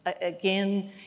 again